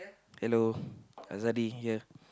hello Azadi here